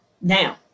Now